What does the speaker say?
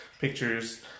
pictures